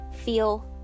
feel